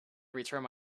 returned